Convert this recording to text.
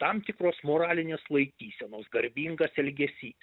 tam tikros moralinės laikysenos garbingas elgesys